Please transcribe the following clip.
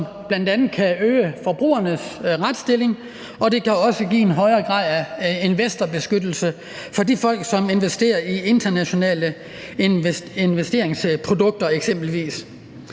som bl.a. kan øge forbrugernes retsstilling. Det kan også give en højere grad af investorbeskyttelse for de folk, som eksempelvis investerer i internationale investeringsprodukter. Der vil